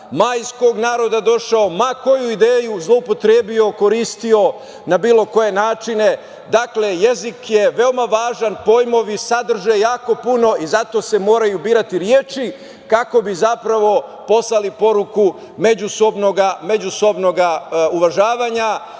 majskog naroda došao, ma koju ideju zloupotrebio, koristio na bilo koje načine. Dakle, jezik je veoma važan, pojmovi sadrže jako puno i zato se moraju birati reči kako bi zapravo poslali poruku međusobnog uvažavanja,